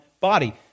body